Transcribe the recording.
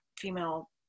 female